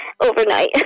overnight